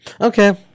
Okay